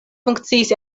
funkciis